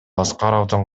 аскаровдун